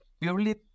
Purely